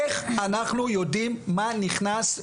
איך אנחנו יודעים מה נכנס?